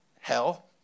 hell